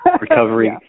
recovery